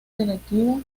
directivo